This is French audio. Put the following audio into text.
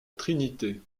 trinité